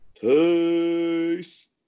Peace